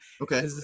okay